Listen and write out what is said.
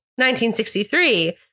1963